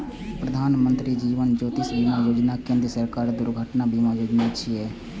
प्रधानमत्री जीवन ज्योति बीमा योजना केंद्र सरकारक दुर्घटना बीमा योजना छियै